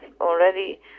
already